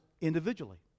individually